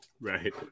right